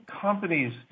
companies